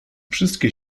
wszystkie